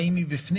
האם היא בפנים?